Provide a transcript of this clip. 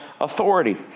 authority